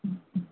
ம் ம்